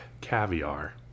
caviar